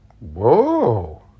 Whoa